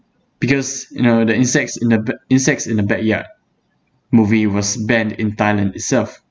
because you know the insects in the ba~ insects in the backyard movie was banned in thailand itself